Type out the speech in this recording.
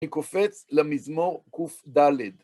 אני קופץ למזמור קד